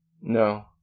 No